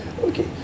Okay